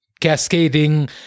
cascading